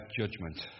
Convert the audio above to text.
judgment